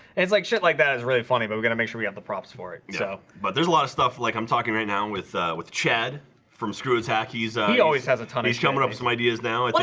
it's like shit like that is really funny but we gotta make sure we have the props for it so but there's a lot of stuff like i'm talking right now with with chad from screwattack easy always has a ton. he's jumping up some ideas now. and like